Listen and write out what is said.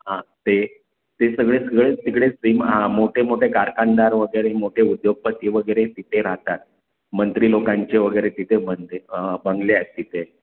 हां ते ते सगळे सगळेच तिकडेच सिम हां मोठे मोठे कारखानदार वगैरे मोठे उद्योगपती वगैरे तिथे राहतात मंत्री लोकांचे वगैरे तिथे बंदे बंगले आहेत तिथे